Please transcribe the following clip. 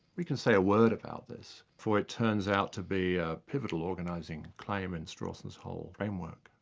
we can say a word about this, for it turns out to be a pivotal organising claim in strawson's whole framework.